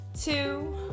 two